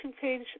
page